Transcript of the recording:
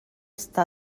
està